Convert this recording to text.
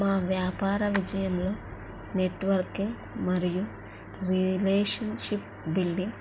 మా వ్యాపార విజయంలో నెట్వర్కింగ్ మరియు రిలేషన్షిప్ బిల్డింగ్